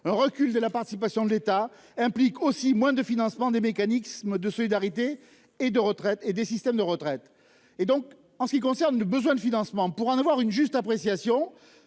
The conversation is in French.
un recul de la participation de l'État implique aussi moins de financement des mécanismes de solidarité et de retraite et des systèmes de retraite et donc en ce qui concerne le besoin de financement pour en avoir une juste appréciation.